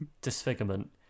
disfigurement